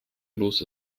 los